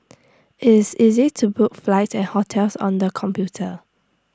it's easy to book flight and hotels on the computer